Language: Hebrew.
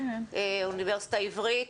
האוניברסיטה העברית.